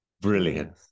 Brilliant